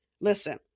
Listen